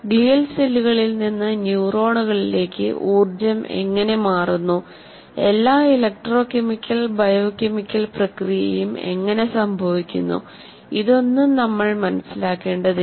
glial സെല്ലുകളിൽ നിന്ന് ന്യൂറോണുകളിലേക്ക് ഊർജ്ജം എങ്ങനെ മാറുന്നു എല്ലാ ഇലക്ട്രോകെമിക്കൽ ബയോകെമിക്കൽ പ്രക്രിയയും എങ്ങനെ സംഭവിക്കുന്നു ഇതൊന്നും നമ്മൾ മനസിലാക്കേണ്ടതില്ല